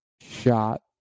shot